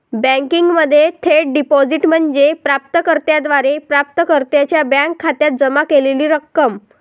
बँकिंगमध्ये थेट डिपॉझिट म्हणजे प्राप्त कर्त्याद्वारे प्राप्तकर्त्याच्या बँक खात्यात जमा केलेली रक्कम